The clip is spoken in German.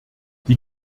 die